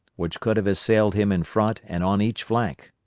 which could have assailed him in front and on each flank.